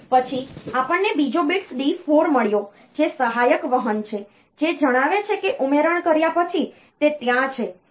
પછી આપણને બીજો bits D4 મળ્યો જે સહાયક વહન છે જે જણાવે છે કે ઉમેરણ કર્યા પછી તે ત્યાં છે